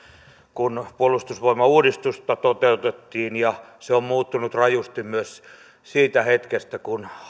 kun puolustusvoimauudistusta toteutettiin ja se on muuttunut rajusti myös siitä hetkestä kun